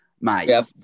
mate